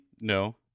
No